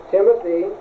Timothy